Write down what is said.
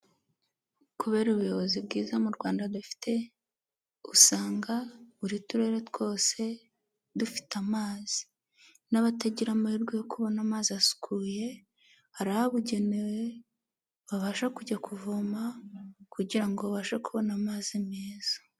Kubera ubuyobozi bwiza mu Rwanda dufite usanga buri turere twose dufite amazi n'abatagira amahirwe yo kubona amazi asukuye hari ahabugenewe babasha kujya kuvoma kugira ngo babashe kubona amazi meza.